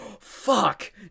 fuck